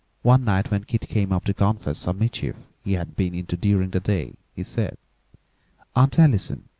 one night, when keith came up to confess some mischief he had been into during the day, he said aunt allison,